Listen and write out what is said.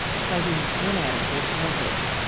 citing inadequate methods,